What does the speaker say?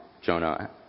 Jonah